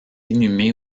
inhumé